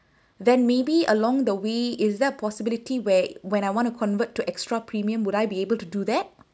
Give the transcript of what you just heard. then maybe along the way is that possibility where when I want convert to extra premium would I be able to do that